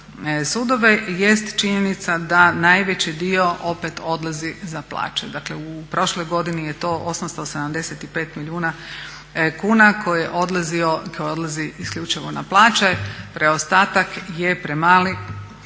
sudove jest činjenica da najveći dio opet odlazi za plaće. Dakle u prošloj godini je to 875 milijuna kuna koje odlazi isključivo na plaće. Preostatak je premali